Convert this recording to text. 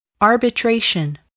arbitration